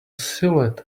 silhouette